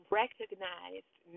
recognized